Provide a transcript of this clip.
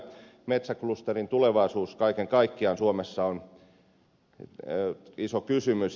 metsäklusterin tulevaisuus kaiken kaikkiaan suomessa on iso kysymys